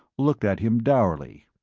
looked at him dourly.